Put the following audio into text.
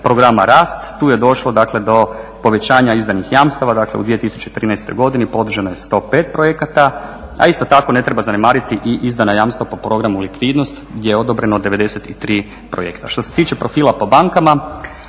programa rast, tu je došlo dakle do povećanja izdanih jamstava. Dakle u 2013. godini podržano je 105 projekata, a isto tako ne treba zanemariti i izdana jamstva po programu likvidnost gdje je odobreno 93 projekta. Što se tiče profila po bankama